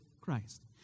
Christ